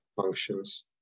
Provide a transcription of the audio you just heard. functions